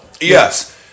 Yes